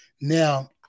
Now